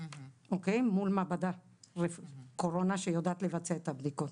מול מעבדת קורונה שיודעת לבצע את הבדיקות.